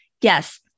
Yes